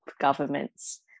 governments